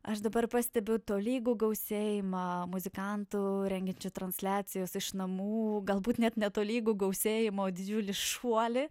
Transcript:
aš dabar pastebiu tolygų gausėjimą muzikantų rengiančių transliacijas iš namų galbūt net netolygų gausėjimą o didžiulį šuolį